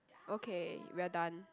okay we are done